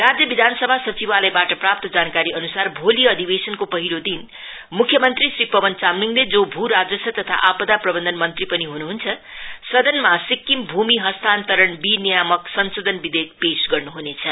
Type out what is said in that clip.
राज्य विधानसभा सचिवालयबाट प्राप्त जानकारीअनुसार भोलि अधिवेशनको पहिलो दिन मुख्य मंत्री श्री पवन चामलिङले जो भूराजस्व तथा आपदा प्रवन्धन मंत्री हुनुहुन्छ सदनमा सिक्किम भूमि हस्तान्तरण विनियामक संशोधन विधेयक पेश गर्नु हुनेछ